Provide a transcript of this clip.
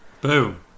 boom